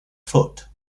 foot